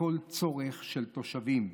לכל צורך של תושבים.